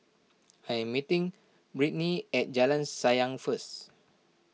I am meeting Brittny at Jalan Sayang first